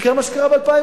יקרה מה שקרה ב-2002,